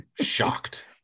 Shocked